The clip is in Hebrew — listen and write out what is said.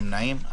אין נמנעים.